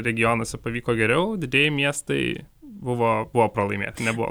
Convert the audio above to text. regionuose pavyko geriau didieji miestai buvo buvo pralaimėti nebuvo